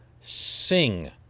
sing